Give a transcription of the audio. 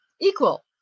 equal